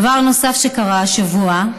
דבר נוסף שקרה השבוע,